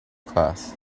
class